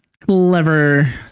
clever